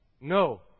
No